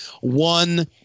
one